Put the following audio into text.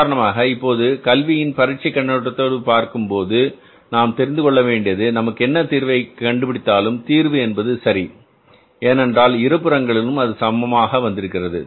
உதாரணமாக இப்போது கல்வியின் பரீட்சை கண்ணோட்டத்தோடு பார்க்கும்போது நாம் தெரிந்து கொள்ளவேண்டியது நமக்கு என்ன தீர்வை கண்டுபிடித்தாலும் தீர்வு என்பது சரி ஏனென்றால் இரண்டு புறங்களிலும் அது சமமாக வந்திருக்கிறது